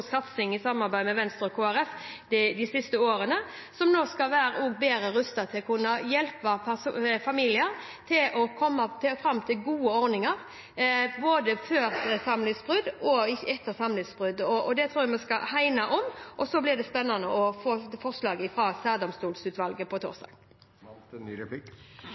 satsing – i samarbeid med Venstre og Kristelig Folkeparti – også har blitt styrket de siste årene, og som nå skal være bedre rustet til å kunne hjelpe familier til å komme fram til gode ordninger, både før samlivsbrudd og etter samlivsbrudd. Det tror jeg vi skal hegne om. Så blir det spennende å få forslaget fra særdomstolsutvalget